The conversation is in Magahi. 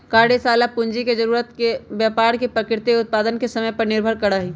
कार्यशाला पूंजी के जरूरत व्यापार के प्रकृति और उत्पादन के समय पर निर्भर करा हई